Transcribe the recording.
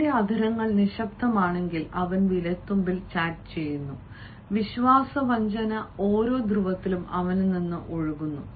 അവന്റെ അധരങ്ങൾ നിശബ്ദമാണെങ്കിൽ അവൻ വിരൽത്തുമ്പിൽ ചാറ്റ് ചെയ്യുന്നു വിശ്വാസവഞ്ചന റഫർ സമയം 2350 ഓരോ ധ്രുവത്തിലും അവനിൽ നിന്ന് ഒഴുകുന്നു